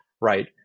Right